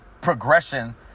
progression